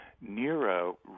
Nero